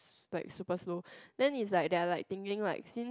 like super slow then is like they're like thinking right since